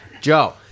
Joe